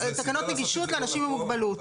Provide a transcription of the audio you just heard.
תקנות נגישות לאנשים עם מוגבלות.